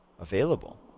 available